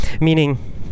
meaning